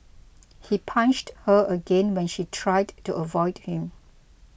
he punched her again when she tried to avoid him